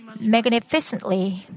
magnificently